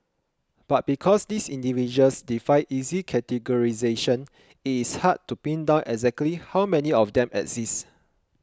but because these individuals defy easy categorisation it is hard to pin down exactly how many of them exist